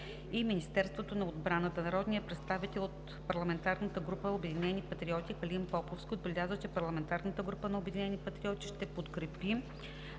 и Министерството на отбраната. Народният представител от парламентарната група „Обединени патриоти“ Калин Поповски отбеляза, че парламентарната група на „Обединени патриоти“ ще подкрепи